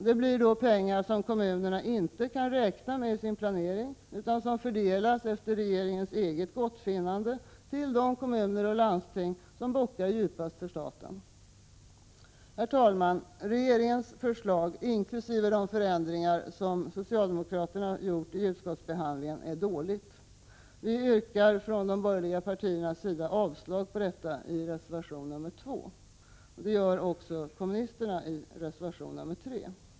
Det blir pengar som kommunerna inte kan räkna med i sin planering utan som fördelas efter regeringens eget gottfinnande till de kommuner och landsting som bockar djupast för staten. Herr talman! Regeringens förslag, inkl. de förändringar som socialdemokraterna har gjort vid utskottsbehandlingen, är dåligt. Vi yrkar från de borgerliga partiernas sida avslag på förslaget i reservation nr 2. Samma yrkande har också kommunisterna i reservation 3.